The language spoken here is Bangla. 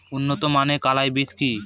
উন্নত মানের কলাই বীজ কি?